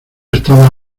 estaba